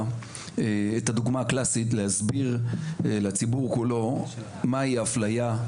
את הדוגמה הקלאסית להסביר לציבור כולו מהי אפליה,